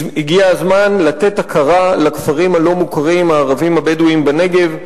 הגיע הזמן לתת הכרה לכפרים הלא-מוכרים הערביים הבדואיים בנגב,